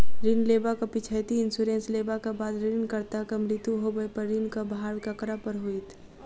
ऋण लेबाक पिछैती इन्सुरेंस लेबाक बाद ऋणकर्ताक मृत्यु होबय पर ऋणक भार ककरा पर होइत?